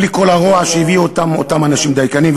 בלי כל הרוע שהביאו אותם אנשים דייקנים.